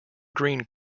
green